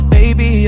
Baby